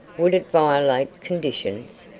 would it violate conditions?